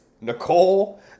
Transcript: Nicole